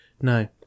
No